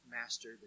master